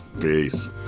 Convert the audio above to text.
Peace